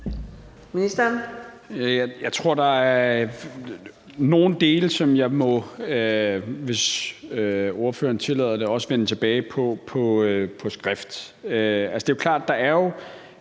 Jeg tror, der er nogle dele, som jeg – hvis ordføreren tillader det – også må vende tilbage til på skrift. Det er klart, at der allerede